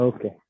Okay